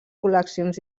col·leccions